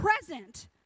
present